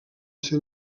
ser